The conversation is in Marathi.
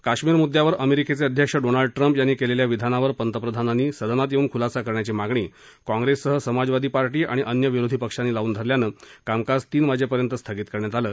काश्मीर मुद्यावर अमेरिकेचे अध्यक्ष डोनाल्ड ट्रम्प यांनी केलेल्या विधानावर प्रधानमंत्र्यांनी सदनात येऊन खुलासा करण्याची मागणी काँग्रेससह समाजवादी पार्टी आणि अन्य विरोधी पक्षांनी लावून धरल्यानं कामकाज तीन वाजेपर्यंत स्थगित करण्यात आलं